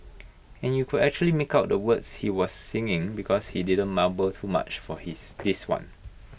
and you could actually make out the words he was singing because he didn't mumble too much for his this one